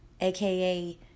aka